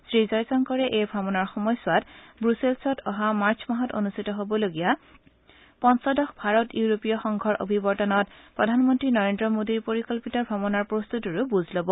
শ্ৰীজয়শংকৰে এই ভ্ৰমণৰ সময়ছোৱাত ব্ৰুছেলছত অহা মাৰ্চ মাহত অনুষ্ঠিত হ'বলগীয়া পঞ্চদশ ভাৰত ইউৰোপীয় সংঘৰ অভিৱৰ্তনত প্ৰধানমন্তী নৰেন্দ্ৰ মোদীৰ পৰিকল্পিত ভ্ৰমণৰ প্ৰস্ততিৰো বুজ লব